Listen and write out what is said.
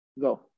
Go